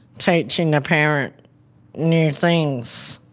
teaching a parent new things,